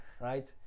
right